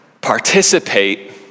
participate